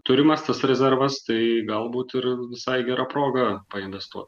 turimas tas rezervas tai galbūt ir visai gera proga painvestuot